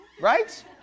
Right